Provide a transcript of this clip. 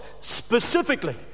specifically